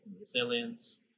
resilience